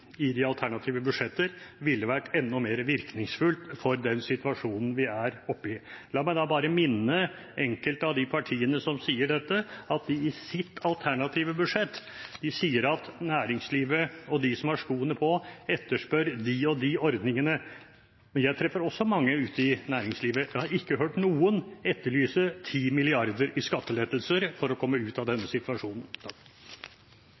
i de alternative budsjetter ville vært enda mer virkningsfullt for den situasjonen vi er oppe i: La meg da bare minne enkelte av de partiene som sier dette, om at de i sine alternative budsjett sier at næringslivet og de som har skoene på, etterspør de og de ordningene. Jeg treffer også mange ute i næringslivet. Jeg har ikke hørt noen etterlyse 10 mrd. kr i skattelettelser for å komme ut av denne